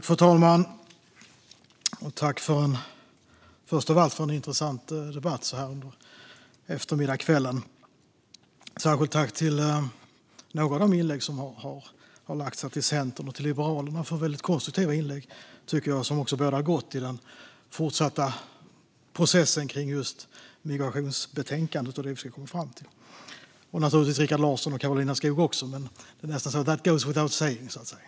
Fru talman! Jag vill först av allt tacka för en intressant debatt så här under eftermiddagen och kvällen. Särskilt tack för några av de inlägg som har gjorts från Centern och Liberalerna! Det har varit konstruktiva inlägg, tycker jag, som bådar gott i den fortsatta processen med migrationsbetänkandet och det vi ska komma fram till. Naturligtvis har även Rikard Larsson och Karolina Skog gjort bra inlägg, men that goes without saying, så att säga.